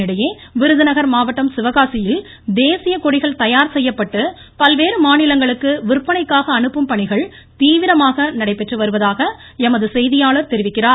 இதனிடையே விருதுநகர் மாவட்டம் சிவகாசியில் தேசியக் கொடிகள் தயார் செய்யபட்டு பல்வேறு மாநிலங்களுக்கு விந்பனைக்காக அனுப்பும் பணிகள் தீவிரமாக நடைபெற்று வருவதாக எமது செய்தியாளர் தெரிவிக்கிறார்